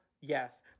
yes